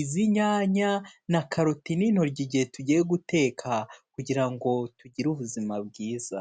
izi nyanya na karoti n'intoryi igihe tugiye guteka kugira ngo tugire ubuzima bwiza.